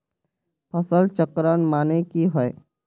फसल चक्रण माने की होय?